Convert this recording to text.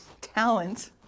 Talent